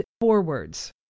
forwards